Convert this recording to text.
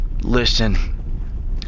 Listen